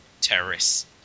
terrorists